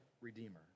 Redeemer